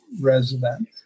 resident